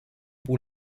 pour